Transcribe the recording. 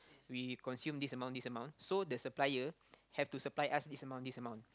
we consume this amount this amount so the supplier have to supply us this amount this amount